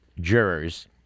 jurors